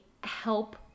help